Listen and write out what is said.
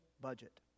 budget